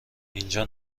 اینجا